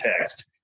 text